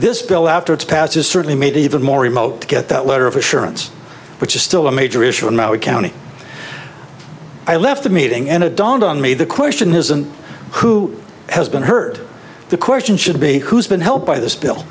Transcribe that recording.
this bill after its passes certainly made even more remote to get that letter of assurance which is still a major issue in our county i left the meeting ended dawned on me the question isn't who has been hurt the question should be who's been helped by this bill